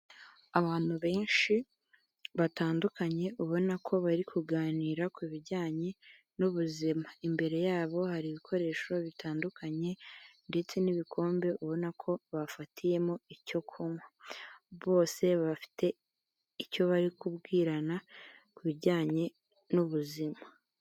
Abantu benshi batandukanye ubona ko bari kuganira ku bijyanye n'ubuzima, imbere yabo hari ibikoresho bitandukanye ndetse n'ibikombe ubona ko bafatiyemo icyo kunywa, bose bafite icyo bari kubwirana ku bijyanye n'ubuzima.